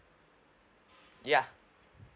ya